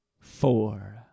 Four